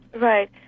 Right